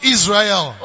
Israel